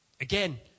Again